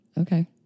Okay